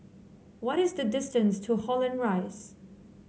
what is the distance to Holland Rise